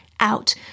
out